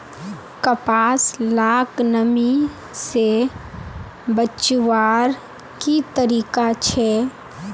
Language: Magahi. कपास लाक नमी से बचवार की तरीका छे?